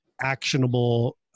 actionable